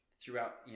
throughout